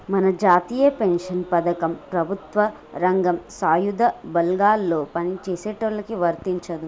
మన జాతీయ పెన్షన్ పథకం ప్రభుత్వ రంగం సాయుధ బలగాల్లో పని చేసేటోళ్ళకి వర్తించదు